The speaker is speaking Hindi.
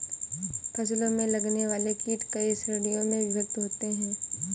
फसलों में लगने वाले कीट कई श्रेणियों में विभक्त होते हैं